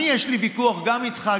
יש לי ויכוח גם איתך,